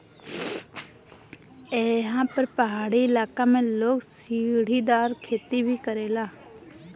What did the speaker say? एहा पर पहाड़ी इलाका में लोग सीढ़ीदार खेती भी करेला